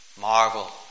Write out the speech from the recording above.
Marvel